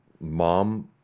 mom